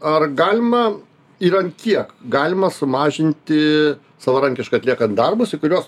ar galima ir ant kiek galima sumažinti savarankiškai atliekant darbus kai kuriuos